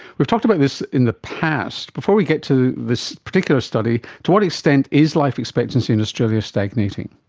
we've talked about this in the past. before we get to this particular study, to what extent is life expectancy in australia stagnating?